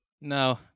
No